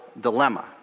dilemma